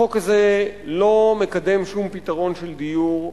החוק הזה לא מקדם שום פתרון של דיור,